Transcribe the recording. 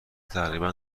تقریبا